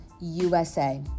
USA